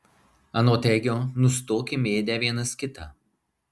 anot egio nustokim ėdę vienas kitą